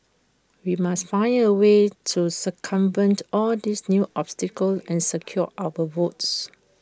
we must find A way to circumvent all these new obstacles and secure our votes